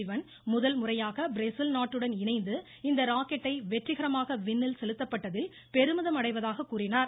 சிவன் முதல்முறையாக பிரேசில் நாட்டுடன் இணைந்து இந்த ராக்கெட்டை வெற்றிகரமாக விண்ணில் செலுத்தப்பட்டதில் பெருமிதம் அடைவதாக கூறினார்